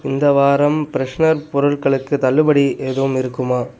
இந்த வாரம் ஃப்ரெஷ்னர் பொருட்களுக்கு தள்ளுபடி எதும் இருக்குமா